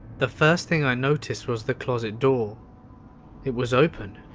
the first thing i noticed was the closet door it was open.